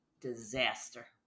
disaster